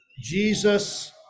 Jesus